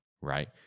right